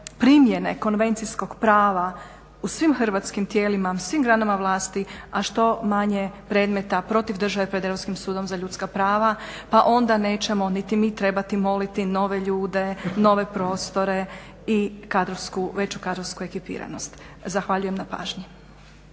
primjene konvencijskog prava u svim hrvatskim tijelima, u svim granama vlasti, a što manje predmeta protiv države pred Europskim sudom za ljudska prava pa onda nećemo niti mi trebati moliti nove ljude, nove prostore i veću kadrovsku ekipiranost. Zahvaljujem na pažnji.